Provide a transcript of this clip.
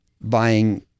buying